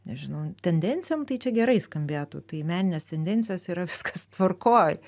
nežinau tendencijom tai čia gerai skambėtų tai meninės tendencijos yra viskas tvarkoj